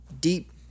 deep